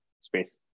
space